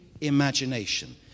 imagination